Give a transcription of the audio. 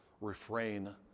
refrain